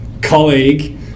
colleague